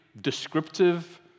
descriptive